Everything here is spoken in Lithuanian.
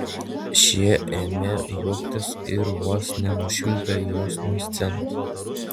šie ėmė juoktis ir vos nenušvilpė jos nuo scenos